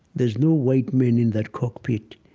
there's no white men in that cockpit.